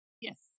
Yes